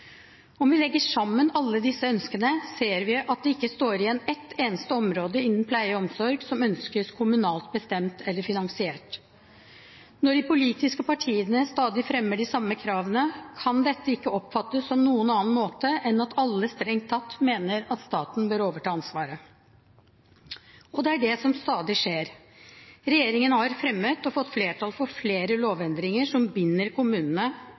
Om vi legger sammen alle disse ønskene, ser vi at det ikke står igjen et eneste område innen pleie og omsorg som ønskes kommunalt bestemt eller finansiert. Når de politiske partiene stadig fremmer de samme kravene, kan dette ikke oppfattes på noen annen måte enn at alle strengt tatt mener at staten bør overta ansvaret. Og det er det som stadig skjer. Regjeringen har fremmet, og fått flertall for, flere lovendringer som binder kommunene,